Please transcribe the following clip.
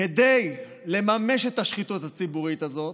כדי לממש את השחיתות הציבורית הזאת,